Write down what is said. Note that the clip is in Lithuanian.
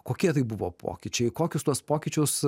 kokie tai buvo pokyčiai kokius tuos pokyčius